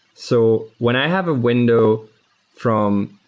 so when i have a window from,